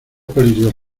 políticos